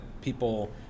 people